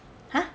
!huh!